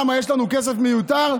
למה, יש לנו כסף מיותר?